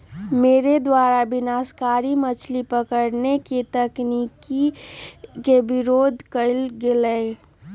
मेरे द्वारा विनाशकारी मछली पकड़े के तकनीक के विरोध कइल गेलय